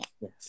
yes